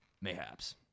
Mayhaps